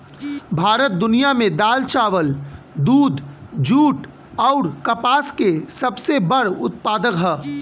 भारत दुनिया में दाल चावल दूध जूट आउर कपास के सबसे बड़ उत्पादक ह